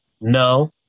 no